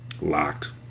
locked